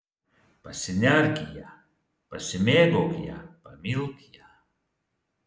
pasinerk į ją pasimėgauk ja pamilk ją